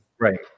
Right